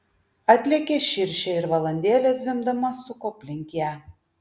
atlėkė širšė ir valandėlę zvimbdama suko aplink ją